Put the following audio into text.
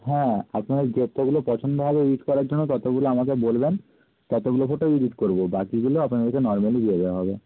হ্যাঁ আপনার যতগুলো পছন্দ হবে এডিট করার জন্য ততগুলো আমাকে বলবেন ততগুলো ফটোই এডিট করব বাকিগুলো আপনাদেরকে নর্মাল দিয়ে দেওয়া হবে